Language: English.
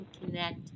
connect